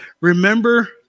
remember